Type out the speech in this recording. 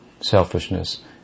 selfishness